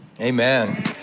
amen